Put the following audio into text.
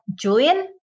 Julian